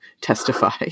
testify